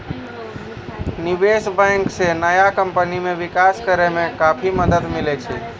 निबेश बेंक से नया कमपनी के बिकास करेय मे काफी मदद मिले छै